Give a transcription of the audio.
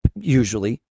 usually